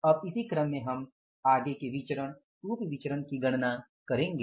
अब इसी क्रम में हम आगे के विचरण उप विचरण की गणना करेंगे